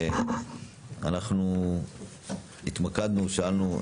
אנחנו רוצים לדעת מה הממשק, שאלנו,